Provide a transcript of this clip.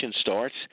starts